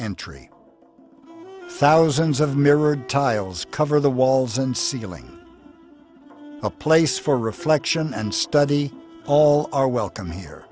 entry thousands of mirrored tiles cover the walls and ceiling a place for reflection and study all are welcome here